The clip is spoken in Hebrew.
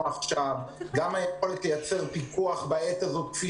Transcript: עופר, לגבי מערך פיקוח כמותי